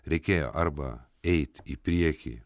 reikėjo arba eit į priekį